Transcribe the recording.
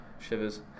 Shivers